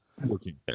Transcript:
working